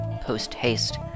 post-haste